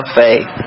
faith